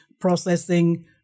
processing